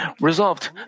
resolved